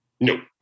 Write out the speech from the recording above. no